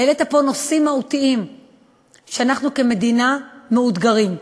העלית פה נושאים מהותיים שאנחנו כמדינה מאותגרים בהם.